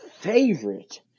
favorite